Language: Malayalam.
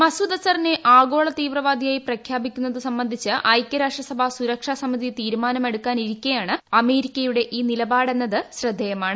മസൂദ് അസറിനെ ആഗോള തീവ്രവാദിയായി പ്രഖ്യാപിക്കുന്നത് സംബന്ധിച്ച് ഐക്യരാഷ്ട്രസഭ സുരക്ഷാ സമിതി തീരുമാനമെടുക്കാനിരിക്കെയാണ് അമേരിക്കയുടെ ഈ നിലപാടെന്നത് ശ്രദ്ധേയമാണ്